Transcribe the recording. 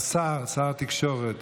השר, שר התקשורת